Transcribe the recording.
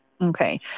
Okay